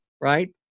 right